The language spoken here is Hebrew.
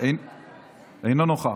אינו נוכח.